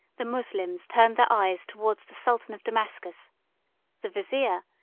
the moslems turned their eyes towards the sultan of damascus the vizier,